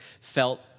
felt